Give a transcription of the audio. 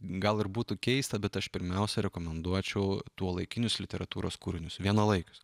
gal ir būtų keista bet aš pirmiausia rekomenduočiau tuolaikinius literatūros kūrinius vienalaikius